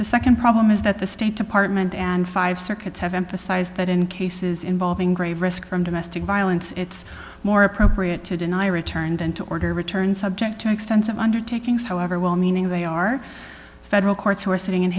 the nd problem is that the state department and five circuits have emphasized that in cases involving grave risk from domestic violence it's more appropriate to deny return than to order return subject to extensive undertakings however well meaning they are federal courts who are sitting in